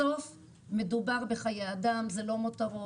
בסוף מדובר בחיי אדם, זה לא מותרות.